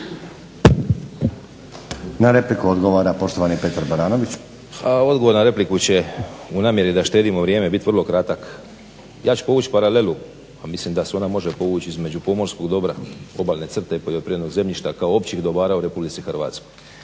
Na repliku odgovara poštovani Petar Baranović. **Baranović, Petar (HNS)** Odgovor na repliku će u namjeri da štedimo vrijeme biti vrlo kratak. Ja ću povući paralelu, mislim da se ona može povući između pomorskog dobra, obalne crte i poljoprivrednog zemljišta kao općih dobara u Republici Hrvatskoj.